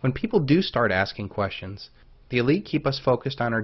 when people do start asking questions the elite keep us focused on our